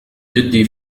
جدي